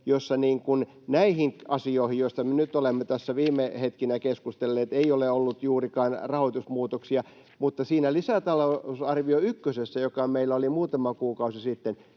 jossa näihin asioihin, joista me nyt olemme tässä viime hetkinä keskustelleet, ei ole ollut juurikaan rahoitusmuutoksia, mutta siinä lisätalousarvio ykkösessä, joka meillä oli muutama kuukausi sitten,